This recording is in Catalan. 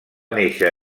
néixer